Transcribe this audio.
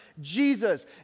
Jesus